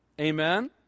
Amen